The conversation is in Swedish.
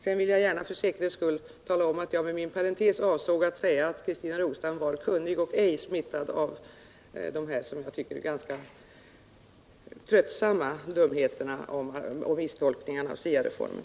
Jag vill för säkerhets skull tala om att jag med min parentetiska kommentar avsåg att tala om att Christina Rogestam var kunnig och ej smittad av de som jag tycker ganska tröttsamma dumheter och misstolkningar som förekommit i frågan om SIA-reformen.